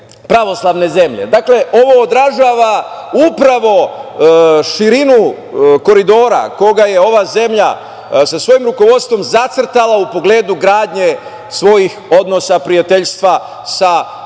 pravoslavne zemlje. Ovo odražava upravo širinu koridora koji je ova zemlja sa svojim rukovodstvom zacrtala u pogledu gradnje svojih odnosa, prijateljstva sa zemljama